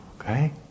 okay